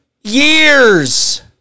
years